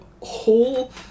whole